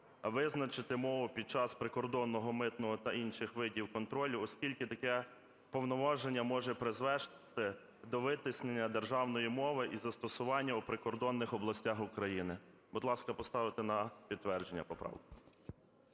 визначити мову під час прикордонного митного та інших видів контролю, оскільки таке повноваження може призвести до витіснення державної мови і застосування у прикордонних областях України. Будь ласка, поставити на підтвердження поправку.